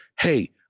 hey